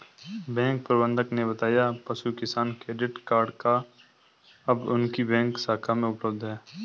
bank प्रबंधक ने बताया पशु किसान क्रेडिट कार्ड अब उनकी बैंक शाखा में उपलब्ध है